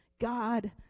God